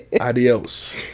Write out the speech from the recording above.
adios